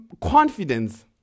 confidence